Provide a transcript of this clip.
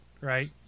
right